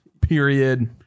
Period